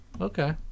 Okay